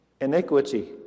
iniquity